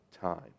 time